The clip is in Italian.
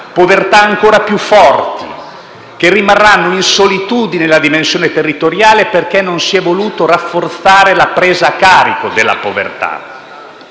povertà, ancora più forti, che rimarranno in solitudine nella dimensione territoriale perché non si è voluto rafforzare la presa in carico della povertà,